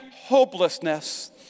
hopelessness